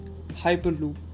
Hyperloop